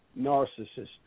Narcissist